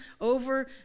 over